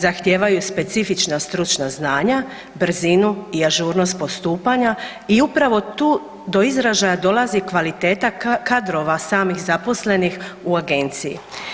Zahtijevaju specifična stručna znanja, brzinu i ažurnost postupanja i upravo tu do izražaja dolazi kvaliteta kadrova samih zaposlenih u agenciji.